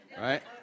right